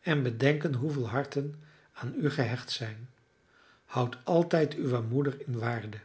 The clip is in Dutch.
en bedenken hoeveel harten aan u gehecht zijn houd altijd uwe moeder in waarde